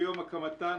ביום הקמתה,